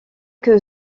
que